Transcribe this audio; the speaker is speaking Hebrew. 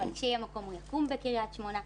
אבל כשיהיה מקום הוא יקום בקריית שמונה.